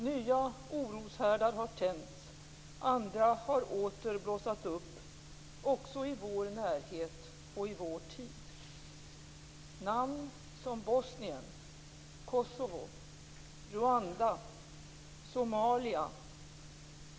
Nya oroshärdar har tänts, andra har åter blossat upp - också i vår närhet och i vår tid.